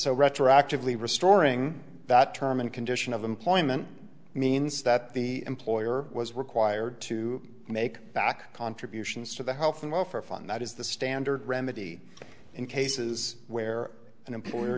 so retroactively restoring that term and condition of employment means that the employer was required to make back contributions to the health and welfare fund that is the standard remedy in cases where an employer